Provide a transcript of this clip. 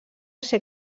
ser